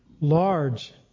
large